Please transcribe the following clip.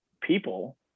people